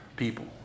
people